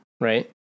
right